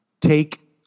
take